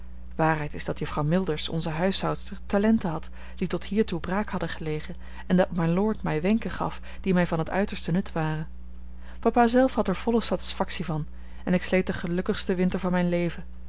waarheid is dat juffrouw milders onze huishoudster talenten had die tot hiertoe braak hadden gelegen en dat mylord mij wenken gaf die mij van het uiterste nut waren papa zelf had er volle satisfactie van en ik sleet den gelukkigsten winter van mijn leven